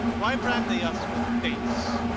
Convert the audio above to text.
why brand they us with base?